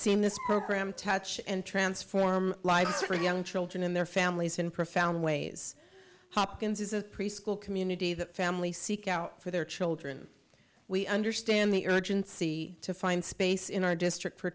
seen this program touch and transform lives for young children and their families in profound ways hopkins is a preschool community that family seek out for their children we understand the urgency to find space in our district for